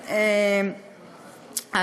לכם על